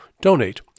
Donate